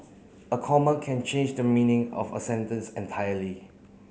a comma can change the meaning of a sentence entirely